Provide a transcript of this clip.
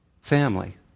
family